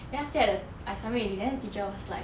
then after that I submit already then teacher was like